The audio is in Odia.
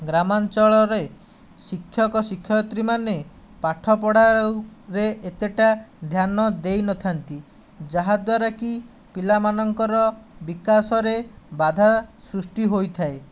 ଗ୍ରାମାଞ୍ଚଳରେ ଶିକ୍ଷକ ଶିକ୍ଷୟିତ୍ରୀମାନେ ପାଠପଢ଼ା ରେ ଏତେଟା ଧ୍ୟାନ ଦେଇନଥାନ୍ତି ଯାହାଦ୍ଵାରାକି ପିଲାମାନଙ୍କର ବିକାଶରେ ବାଧା ସୃଷ୍ଟି ହୋଇଥାଏ